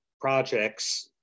projects